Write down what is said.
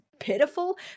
pitiful